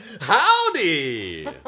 Howdy